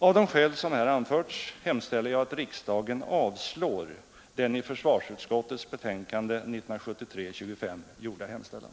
Av de skäl som här anförts hemställer jag att riksdagen avslår den i försvarsutskottets betänkande nr 25 gjorda hemställan.